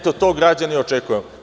To građani očekuju.